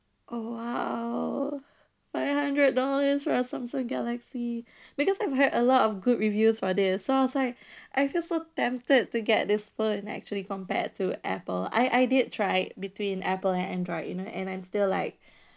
oh !wow! five hundred dollars left for a samsung galaxy because I've heard a lot of good reviews for this so I was like I feel so tempted to get this phone actually compared to Apple I I did try it between Apple and Android you know and I'm still like